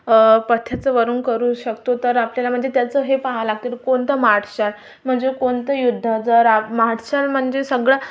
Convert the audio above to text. पथ्याचं वरन करू शकतो तर आपल्याला म्हणजे त्याचं हे पहा लागते कोणतं मार्श आहे म्हणजे कोणतं युद्ध जर मार्शल म्हणजे सगळं